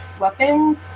weapons